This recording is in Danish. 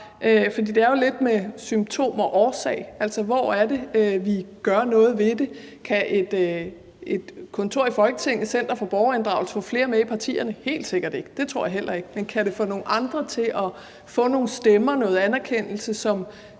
for det handler jo lidt om symptomer og årsager, og hvor det er, vi gør noget ved det. Kan et kontor i Folketinget, et center for borgerinddragelse, få flere med i partierne? Helt sikkert ikke; det tror jeg heller ikke. Men kan det få nogle andre til at få en stemme og noget anerkendelse,